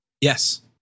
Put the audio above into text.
Yes